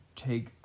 Take